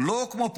לא כמו פעם.